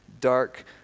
dark